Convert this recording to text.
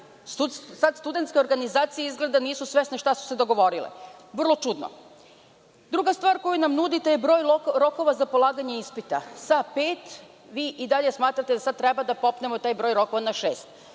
sad? Studentske organizacije izgleda nisu svesne šta su se dogovorile. Vrlo čudno. Druga stvar koju nam nudite je broj rokova za polaganje ispita, sa pet, vi i dalje smatrate, sada treba popnemo taj rokova na šest.